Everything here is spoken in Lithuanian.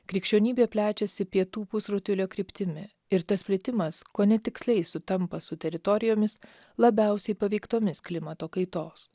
krikščionybė plečiasi pietų pusrutulio kryptimi ir tas plitimas kone tiksliai sutampa su teritorijomis labiausiai paveiktomis klimato kaitos